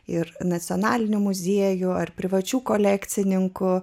ir nacionalinių muziejų ar privačių kolekcininkų